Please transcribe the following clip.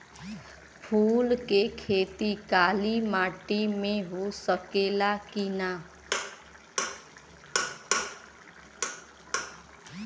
फूल के खेती काली माटी में हो सकेला की ना?